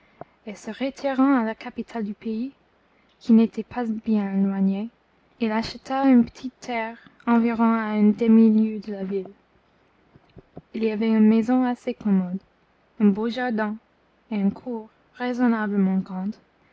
et se retirant à la capitale du pays qui n'était pas bien éloignée il acheta une petite terre environ à une demi-lieue de la ville il y avait une maison assez commode un beau jardin et une cour raisonnablement grande